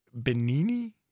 benini